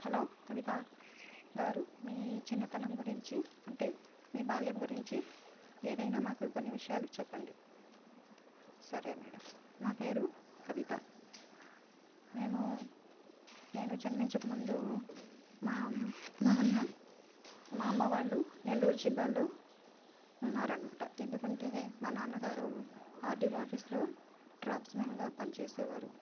hello Kavitha garu మీ చిన్నతనం గురించి అంటే మీ బాల్యం గురించి ఏదైనా మాకు కొన్ని విషయాలు చెప్పండి సరే మేడం నా పేరు కవిత మేము నేను జన్మించక ముందు మా నాన్న మా అమ్మ వాళ్ళు నెల్లూరు జిల్లాలో ఉన్నారు ఎందుకంటే మా నాన్నగారు ఆర్టీఓ ఆఫీస్లో డ్రాప్మెన్గా పనిచేసే వారు